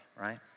right